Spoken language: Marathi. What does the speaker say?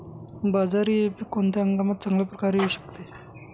बाजरी हे पीक कोणत्या हंगामात चांगल्या प्रकारे येऊ शकते?